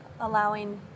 allowing